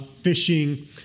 fishing